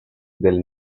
del